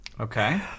Okay